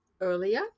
earlier